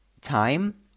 time